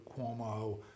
Cuomo